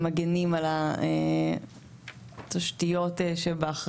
כשהם מגנים על התשתיות שבאחריותם,